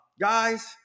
guys